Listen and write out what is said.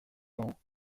ans